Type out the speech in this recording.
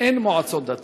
אין מועצות דתיות.